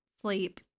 sleep